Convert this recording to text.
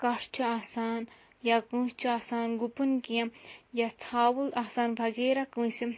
کَٹھ چھُ آسان یا کٲنٛسہِ چھُ آسان گُپُن کیٚنٛہہ یا ژھاوُل آسان وغیرہ کٲنٛسہِ